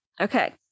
okay